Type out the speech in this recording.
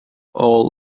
all